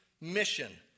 mission